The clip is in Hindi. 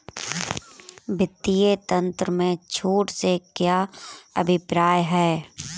वित्तीय तंत्र में छूट से क्या अभिप्राय है?